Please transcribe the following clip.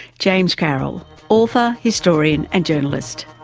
james carroll, author, historian and journalist.